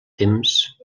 temps